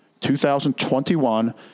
2021